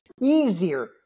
Easier